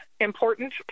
important